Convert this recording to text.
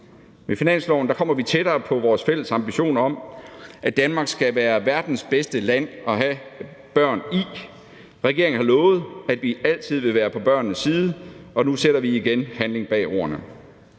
Med finansloven kommer vi tættere på vores fælles ambition om, at Danmark skal være verdens bedste land at have børn i. Regeringen har lovet, at vi altid vil være på børnenes side, og nu sætter vi igen handling bag ordene.